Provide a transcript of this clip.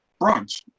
Brunch